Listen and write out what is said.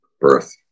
birth